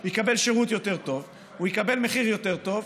הוא יקבל שירות יותר טוב, הוא יקבל מחיר יותר טוב.